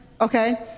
Okay